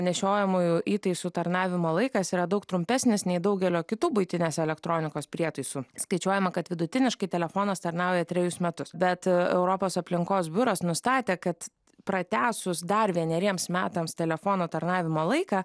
nešiojamųjų įtaisų tarnavimo laikas yra daug trumpesnis nei daugelio kitų buitinės elektronikos prietaisų skaičiuojama kad vidutiniškai telefonas tarnauja trejus metus bet europos aplinkos biuras nustatė kad pratęsus dar vieneriems metams telefono tarnavimo laiką